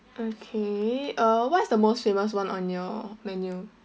okay uh what's the most famous one on your menu